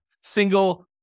single